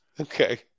Okay